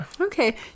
Okay